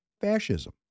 fascism